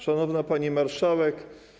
Szanowna Pani Marszałek!